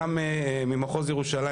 גם ממחוז ירושלים,